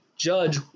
judge